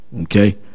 okay